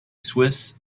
swiss